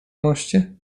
moście